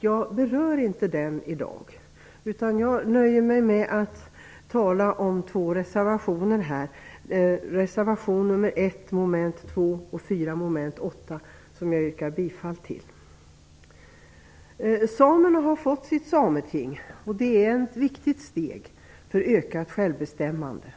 Jag berör inte den i dag, utan jag nöjer mig med att tala om två reservationer, reservation 1 mom. 2 och reservation 4 mom. 8, som jag yrkar bifall till. Samerna har fått sitt sameting. Det är ett viktigt steg för ökad självbestämmande.